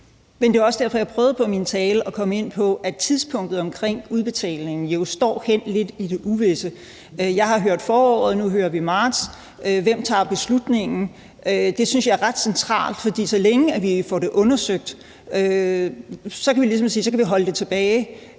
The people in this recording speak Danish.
Men det er også derfor, jeg i min tale prøvede at komme ind på, at tidspunktet omkring udbetalingen jo står lidt hen i det uvisse. Jeg har hørt, at det bliver til foråret; nu hører vi til marts. Hvem tager beslutningen? Det synes jeg er ret centralt, for så længe vi får det undersøgt, kan vi ligesom sige,